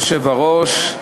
אדוני היושב-ראש,